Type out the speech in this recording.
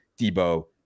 Debo